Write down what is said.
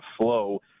flow